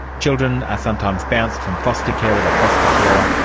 children are sometimes bounced from foster carer to foster carer,